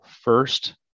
First